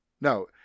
No